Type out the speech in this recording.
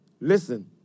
Listen